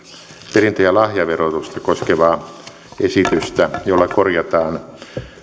perintö ja lahjaverotusta koskevaa esitystä jolla korjataan